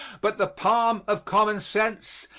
but the palm of common sense,